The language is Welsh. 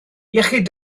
iechyd